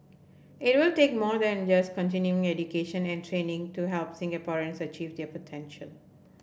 it will take more than just continuing education and training to help Singaporeans achieve their potential